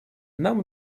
нам